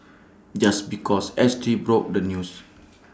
just because S T broke the news